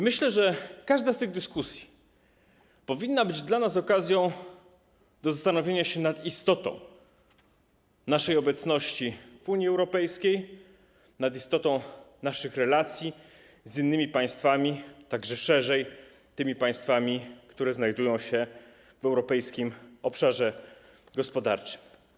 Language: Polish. Myślę, że każda z tych dyskusji powinna być dla nas okazją do zastanowienia się nad istotą naszej obecności w Unii Europejskiej, nad istotą naszych relacji z innymi państwami, a szerzej: tymi państwami, które znajdują się w Europejskim Obszarze Gospodarczym.